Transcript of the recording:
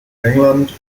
england